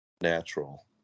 natural